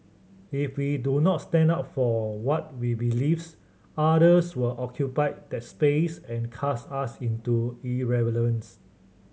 if we do not stand up for what we believes others will occupy that space and cast us into irrelevance